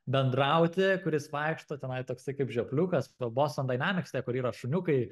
bendrauti kuris vaikšto tenai toksai kaip kur yra šuniukai